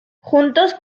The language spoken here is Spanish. juntos